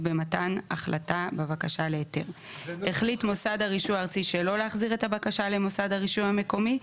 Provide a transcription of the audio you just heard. יבקש מראש מהוועדה להחליט בשלושה נושאים,